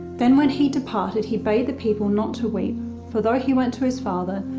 then when he departed, he bade the people not to weep for though he went to his father,